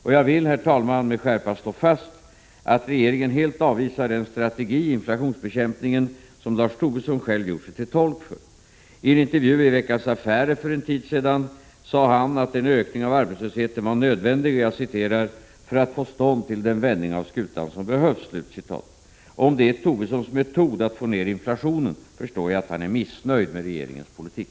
Och jag vill, herr talman, med skärpa slå fast, att regeringen helt avvisar den strategi i inflationsbekämpningen som Lars Tobisson själv gjort sig till tolk för. I en intervju i Veckans Affärer för en tid sedan sade han att en ökning av arbetslösheten var nödvändig ”för att få till stånd den vändning av skutan som behövs”. Om det är Lars Tobissons metod att få ned inflationen, förstår jag att han är missnöjd med regeringens politik.